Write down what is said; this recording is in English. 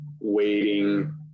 waiting